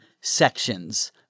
sections